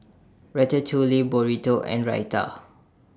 Ratatouille Burrito and Raita